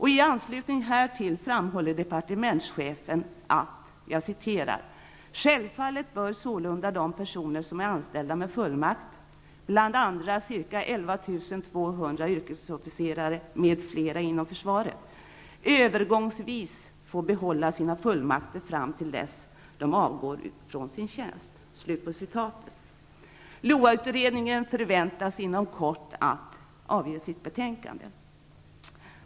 I anslutning härtill framhåller departementschefen: ''Självfallet bör sålunda de personer som är anställda med fullmakt -- bland andra ca 11 200 officerare m.fl. inom försvaret -- övergångsvis få behålla sina fullmakter fram till dess de avgår från sin tjänst.'' LOA-utredningen förväntas inom kort avge sitt betänkande.